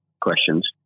questions